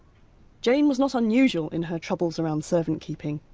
jane was not unusual in her troubles around servant keeping.